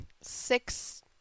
six